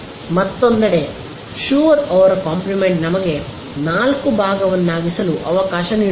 ಮತ್ತೊಂದೆಡೆ ಶುರ್ ಅವರ ಕಾಂಪ್ಲಿಮೆಂಟ್ ನಮಗೆ 4 ಭಾಗವನ್ನಾಗಿಸಲು ಅವಕಾಶ ನೀಡುತ್ತದೆ